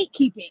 gatekeeping